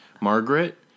Margaret